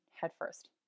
headfirst